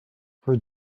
for